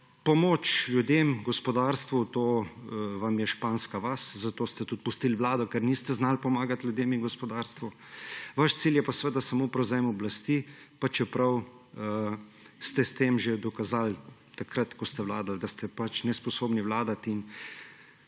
Pomoč ljudem, gospodarstvu, to vam je španska vas, zato ste tudi pustili vlado, ker niste znali pomagati ljudem in gospodarstvu. Vaš cilj je pa seveda samo prevzem oblasti, pa čeprav ste s tem že dokazali takrat, ko ste vladali, da ste pač nesposobni vladati in